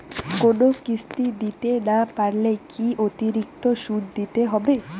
কোনো কিস্তি দিতে না পারলে কি অতিরিক্ত সুদ দিতে হবে?